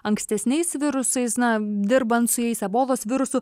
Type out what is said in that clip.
ankstesniais virusais na dirbant su jais ebolos virusu